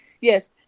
Yes